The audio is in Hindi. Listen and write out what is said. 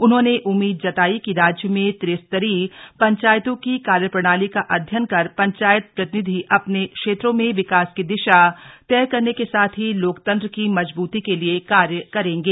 उन्होंने उम्मीद जताई कि राज्य में त्रिस्तरीय पंचायतों की कार्यप्रणाली का अध्ययन कर पंचायत प्रतिनिधि अपने क्षेत्रों में विकास की दिशा तय करने के साथ ही लोकतंत्र की मजबूती के लिए कार्य करेंगे